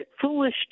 foolish